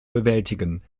bewältigen